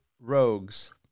rogues